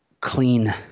clean